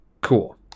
cool